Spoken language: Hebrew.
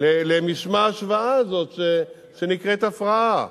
למשמע ההשוואה הזאת שנקראת הפרעה.